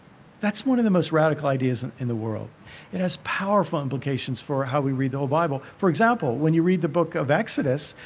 that's one of the most radical ideas and in the world it has powerful implications for how we read the whole bible. for example, when you read the book of exodus,